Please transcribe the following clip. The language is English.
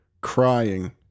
crying